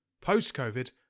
Post-Covid